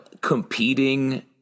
competing